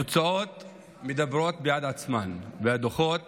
התוצאות מדברות בעד עצמן, והדוחות